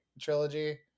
trilogy